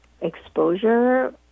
exposure